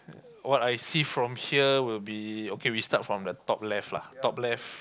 what I see from here will be okay we start from the top left lah top left